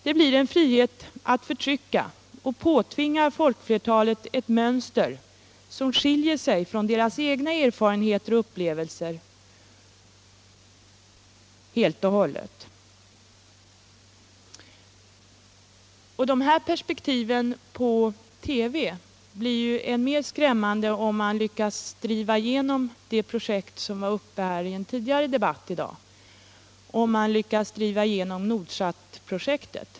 Den blir en frihet att förtrycka, och folkflertalet påtvingas ett mönster — Nr 33 som skiljer sig från de egna erfarenheterna och upplevelserna. Onsdagen den De här perspektiven på TV blir än mer skrämmande om man lyckas 23 november 1977 driva igenom det projekt som diskuterades tidigare i dag, nämligen Nord= LL sat-projektet.